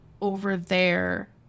over-there